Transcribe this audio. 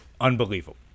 unbelievable